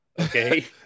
okay